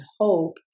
hope